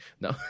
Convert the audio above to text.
No